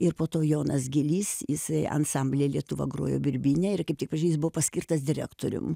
ir po to jonas gilys jisai ansamblyje lietuva grojo birbyne ir kaip tik ožys buvo paskirtas direktorium